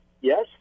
yes